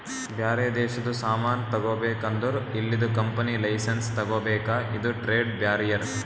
ಬ್ಯಾರೆ ದೇಶದು ಸಾಮಾನ್ ತಗೋಬೇಕ್ ಅಂದುರ್ ಇಲ್ಲಿದು ಕಂಪನಿ ಲೈಸೆನ್ಸ್ ತಗೋಬೇಕ ಇದು ಟ್ರೇಡ್ ಬ್ಯಾರಿಯರ್